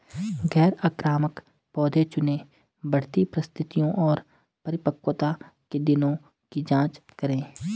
गैर आक्रामक पौधे चुनें, बढ़ती परिस्थितियों और परिपक्वता के दिनों की जाँच करें